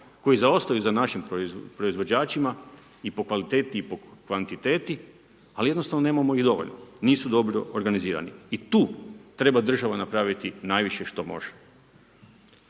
koje zaostaju za našim proizvođačima i po kvaliteti i po kvantiteti, ali jednostavno nemamo ih dovoljno, nisu dobro organizirani. I tu treba država napraviti najviše što može.